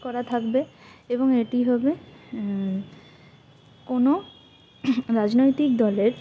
করা থাকবে এবং এটি হবে কোনও রাজনৈতিক দলের